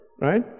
right